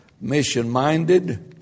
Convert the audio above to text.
mission-minded